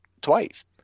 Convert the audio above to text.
twice